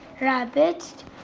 rabbits